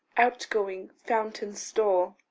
outgoing, fountain store.